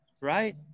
Right